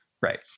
Right